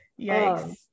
yikes